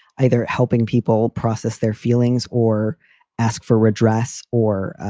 either helping people process their feelings or ask for redress or,